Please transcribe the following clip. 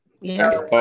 Yes